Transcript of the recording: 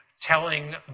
telling